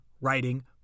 writing